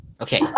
Okay